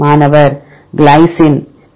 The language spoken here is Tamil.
மாணவர் கிளைசின் ஒரு முறை